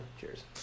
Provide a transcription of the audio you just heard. cheers